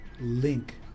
link